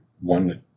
One